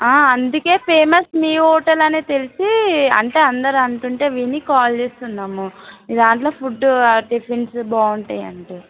అందుకే ఫేమస్ మీ హోటల్ అని తెలిసి అంటే అందరు అంటు ఉంటే విని కాల్ చేస్తున్నాము మీ దాంట్లో ఫుడ్డు టిఫిన్స్ బాగుంటాయి అంటే